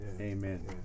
Amen